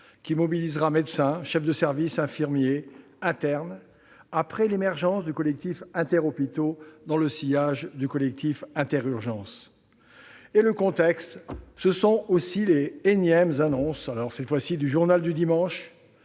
qui mobilisera médecins, chefs de service, infirmiers, internes, après l'émergence du collectif Inter-Hôpitaux dans le sillage du collectif Inter-Urgences. Le contexte, ce sont aussi les énièmes annonces du, qui interrogent vraiment